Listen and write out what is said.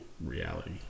reality